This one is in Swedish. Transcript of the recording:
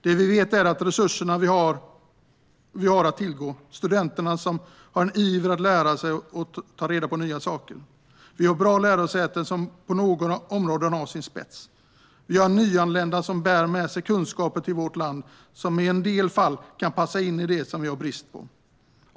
Det vi vet är vilka resurser vi har att tillgå: studenter som har en iver att lära sig och ta reda på nya saker, bra lärosäten som har sina spetsar på några områden och nyanlända som bär med sig kunskaper till vårt land som i en del fall kan passa in i det vi har brist på.